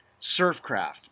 Surfcraft